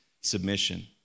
Submission